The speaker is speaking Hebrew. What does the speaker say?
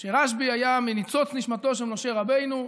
שרשב"י היה מניצוץ נשמתו של משה רבנו,